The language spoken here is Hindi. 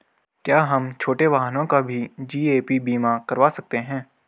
क्या हम छोटे वाहनों का भी जी.ए.पी बीमा करवा सकते हैं?